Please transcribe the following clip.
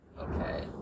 Okay